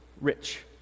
rich